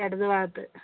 കിടന്ന ഭാഗത്ത്